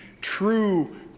true